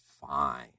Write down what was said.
fine